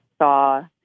saw